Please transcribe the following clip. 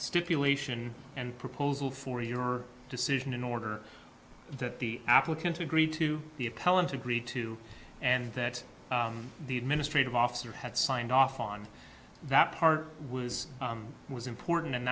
stipulation and proposal for your decision in order that the applicant agreed to the appellant agreed to and that the administrative officer had signed off on that part was was important and